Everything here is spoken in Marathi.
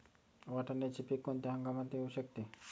वाटाण्याचे पीक कोणत्या हंगामात येऊ शकते?